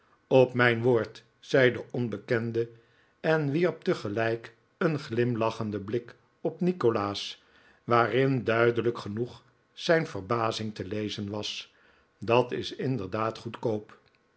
op mijn woord zei de onbekende en wierp tegelijk een glimlachenden blik op nikolaas waarin duidelijk genoeg zijn verbazing te lezen was dat is inderdaad goedkoop